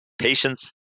patience